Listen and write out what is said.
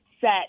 set